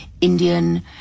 Indian